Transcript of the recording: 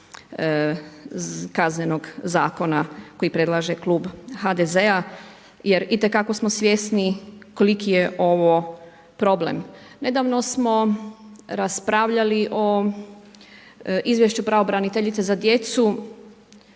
izmjena Kaznenog zakona koji predlaže klub HDZ-a jer itekako smo svjesni koliki je ovo problem. Nedavno smo raspravljali o izvješću pravobraniteljice za djecu